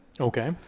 Okay